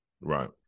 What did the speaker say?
Right